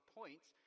points